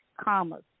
commas